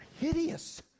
hideous